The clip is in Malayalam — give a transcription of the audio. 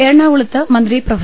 എറണാകുളത്ത് മന്ത്രി പ്രൊഫ